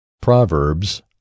Proverbs